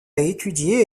étudié